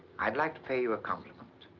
i'd like to pay you a compliment.